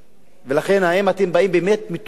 לכן, האם אתם באים באמת מתוך אהבה,